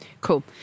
cool